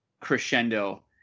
crescendo